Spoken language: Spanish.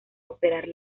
operar